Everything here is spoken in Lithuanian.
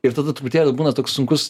ir tada truputėlį būna toks sunkus